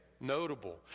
notable